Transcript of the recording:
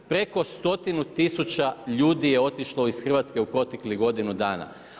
Preko stotinu tisuća ljudi je otišlo iz Hrvatske u proteklih godinu dana.